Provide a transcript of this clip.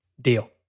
Deal